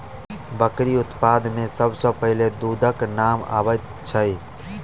बकरी उत्पाद मे सभ सॅ पहिले दूधक नाम अबैत छै